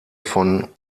von